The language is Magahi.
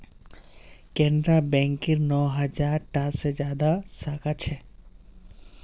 केनरा बैकेर नौ हज़ार टा से ज्यादा साखा छे